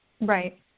Right